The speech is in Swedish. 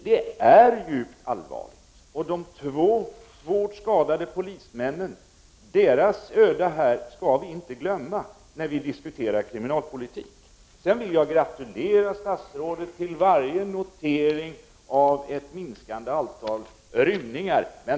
Detta är djupt allvarligt och de två svårt skadade polismännens öde skall vi inte glömma när vi diskuterar kriminalpolitik. Vidare vill jag gratulera statsrådet till varje notering av ett minskande antal rymningar.